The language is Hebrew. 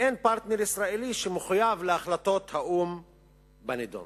ואין פרטנר ישראלי שמחויב להחלטות האו"ם בנדון.